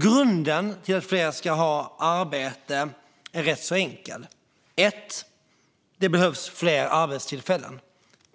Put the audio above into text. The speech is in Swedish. Grunden för att fler ska ha ett arbete är rätt enkel. Ett: Det behövs fler arbetstillfällen.